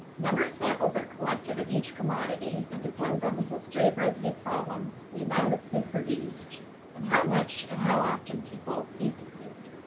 numbers of samples are collected of each commodity and depends on the history of residue problems, the amount of food produced and how much and how often people eat the food.